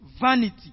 vanity